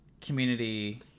Community